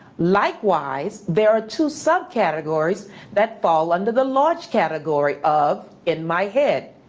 likewise there are two sub-categories that fall under the large category of in my head.